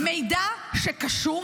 מידע שקשור,